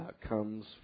comes